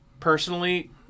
Personally